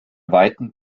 weiten